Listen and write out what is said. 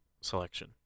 selection